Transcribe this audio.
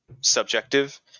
subjective